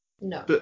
No